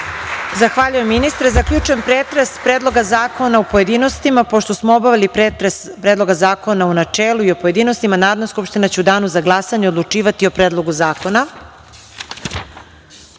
Zahvaljujem, ministre. Zaključujem pretres Predloga zakona u pojedinostima. Pošto smo obavili pretres Predloga zakona u načelu, i o pojedinostima, Narodna skupština će u danu za glasanje odlučivati o Predlogu